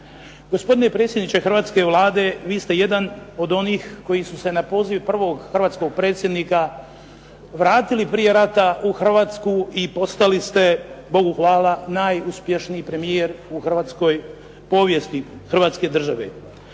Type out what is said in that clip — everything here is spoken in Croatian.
Gospodine predsjedniče hrvatske Vlade, vi ste jedan od onih koji su se na poziv prvog hrvatskog predsjednika vratili prije rata u Hrvatsku i postali ste, bogu hvala, najuspješniji premijer u hrvatskoj povijesti Hrvatske države.